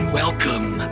welcome